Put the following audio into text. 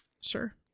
Sure